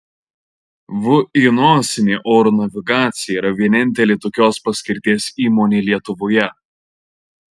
vį oro navigacija yra vienintelė tokios paskirties įmonė lietuvoje